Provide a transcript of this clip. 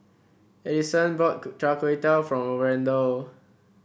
Adyson bought Char Kway Teow for Randall